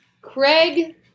Craig